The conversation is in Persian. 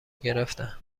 گرفتن